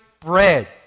bread